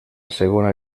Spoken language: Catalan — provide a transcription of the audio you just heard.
segona